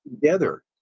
together